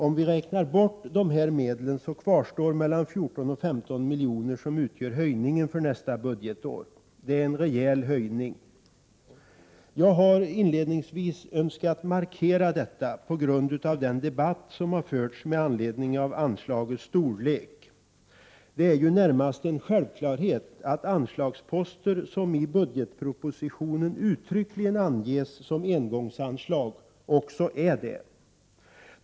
Om vi räknar bort dessa medel kvarstår det mellan 14 och 15 milj.kr. som utgör höjningen för nästa budgetår. Det är en rejäl höjning. Jag har inledningsvis önskat markera detta på grund av den debatt som förts med anledning av anslagets storlek. Det är ju närmast en självklarhet att anslagsposter som i budgetpropositionen uttryckligen anges som engångsanslag också är ett sådant.